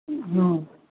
हँ